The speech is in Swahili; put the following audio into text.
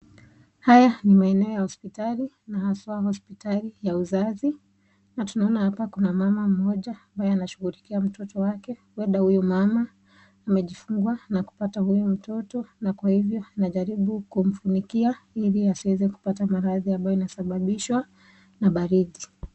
Haya ni maeneo ya hosiptali na haswa hosiptali ya uzazi, na tunaona hapa kuna mama mmoja ambaye anashughulikia mtoto wake, huenda huyu mama amejifungua na kupata huyu mtoto na kwa hivyo anajaribu kumfunikia ili asiweze kupata maradhi ambayo inasababishwa na baridi.